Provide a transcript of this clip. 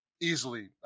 Easily